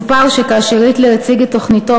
מסופר שכאשר הציג היטלר את תוכניתו